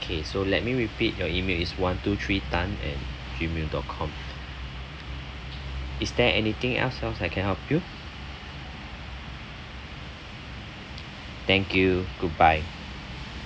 okay so let me repeat your email is one two three tan at gmail dot com is there anything else I can help you thank you goodbye